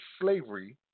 slavery